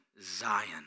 Zion